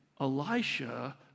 Elisha